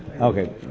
Okay